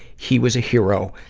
he was a hero,